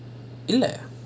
இல்லை:illai